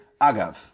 Agav